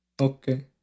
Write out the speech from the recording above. Okay